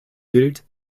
bild